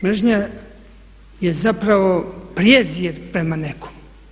Mržnja je zapravo prijezir prema nekom.